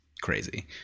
crazy